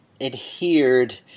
adhered